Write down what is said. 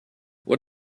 what